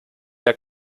der